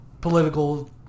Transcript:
political